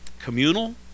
communal